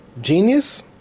genius